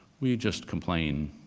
we just complain,